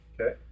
Okay